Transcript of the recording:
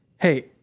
hey